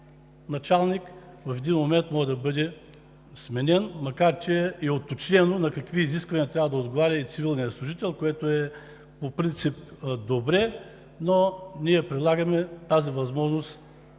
началник в един момент може да бъде сменен, макар че е уточнено на какви изисквания трябва да отговаря и цивилният служител, което по принцип е добре, но ние предлагаме тази възможност